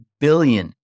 billion